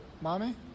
Mommy